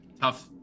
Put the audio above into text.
tough